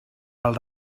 pel